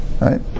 right